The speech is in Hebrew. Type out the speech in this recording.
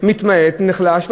מתמעט ונחלש,